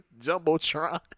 jumbotron